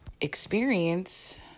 experience